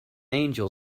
angel